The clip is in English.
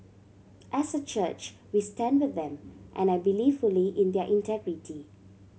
as a church we stand with them and I believe fully in their integrity